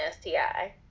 STI